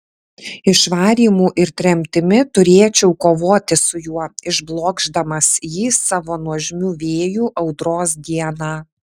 išvarymu ir tremtimi turėčiau kovoti su juo išblokšdamas jį savo nuožmiu vėju audros dieną